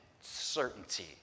certainty